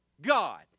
god